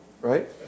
right